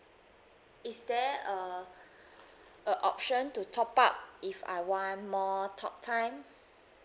is there a a option to top up if I want more talk time